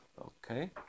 Okay